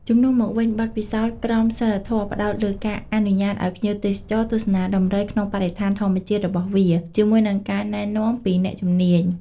ជំនួសមកវិញ បទពិសោធន៍ក្រមសីលធម៌ផ្តោតលើការអនុញ្ញាតឲ្យភ្ញៀវទេសចរ ទស្សនាដំរីក្នុងបរិស្ថានធម្មជាតិរបស់វា ជាមួយនឹងការណែនាំពីអ្នកជំនាញ។